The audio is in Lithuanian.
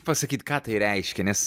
pasakyt ką tai reiškia nes